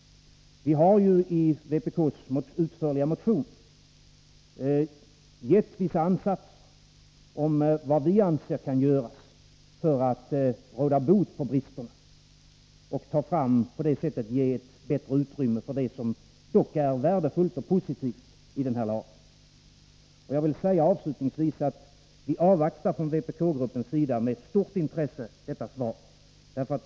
Vi har i vpk:s utförliga motion gett vissa anvisningar om vad vi anser kan göras för att råda bot på bristerna och på det sättet ge bättre utrymme för det som är värdefullt och positivt i den här lagen. Jag vill allra sist säga, att vi från vpk-gruppens sida med stort intresse avvaktar detta svar.